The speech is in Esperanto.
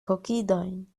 kokidojn